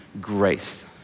grace